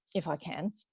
if i can.